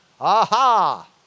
aha